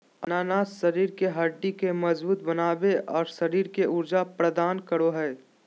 अनानास शरीर के हड्डि के मजबूत बनाबे, और शरीर के ऊर्जा प्रदान करो हइ